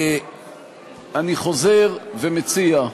אני חוזר ומציע,